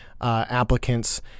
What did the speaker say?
applicants